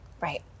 Right